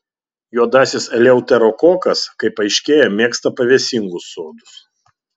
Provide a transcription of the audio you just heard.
juodasis eleuterokokas kaip aiškėja mėgsta pavėsingus sodus